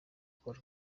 paul